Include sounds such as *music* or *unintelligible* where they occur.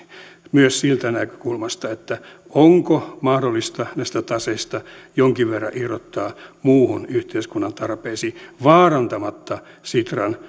myös siitä näkökulmasta onko mahdollista näistä taseista jonkin verran irrottaa muihin yhteiskunnan tarpeisiin vaarantamatta sitran *unintelligible*